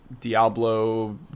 Diablo